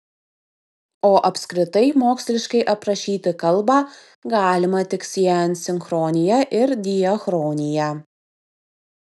o apskritai moksliškai aprašyti kalbą galima tik siejant sinchronija ir diachroniją